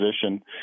position